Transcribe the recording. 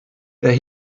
der